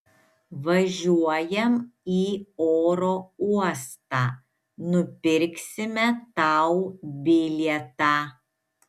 važiuojam į oro uostą nupirksime tau bilietą